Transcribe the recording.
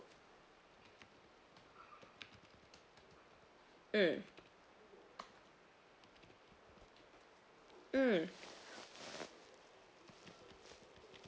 mm mm